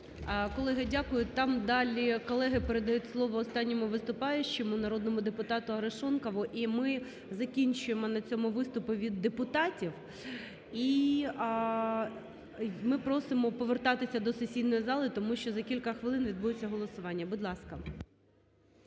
Колеги, дякую. Там далі колеги передають слово останньому виступаючому – народному депутату Арешонкову і ми закінчуємо на цьому виступи від депутатів. І ми просимо повертатися до сесійної зали, тому що за кілька хвилин відбудеться голосування. Будь ласка.